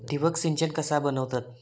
ठिबक सिंचन कसा बनवतत?